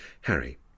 Harry